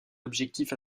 objectif